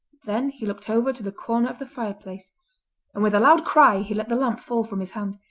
then he looked over to the corner of the fireplace and with a loud cry he let the lamp fall from his hand.